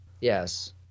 Yes